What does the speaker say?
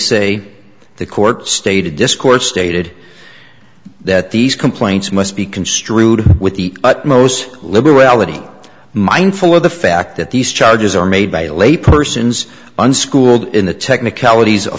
say the court stated discourse stated that these complaints must be construed with the but most liberal ality mindful of the fact that these charges are made by a lay persons unschooled in the technicalities